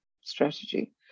strategy